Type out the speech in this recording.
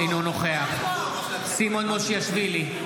אינו נוכח סימון מושיאשוילי,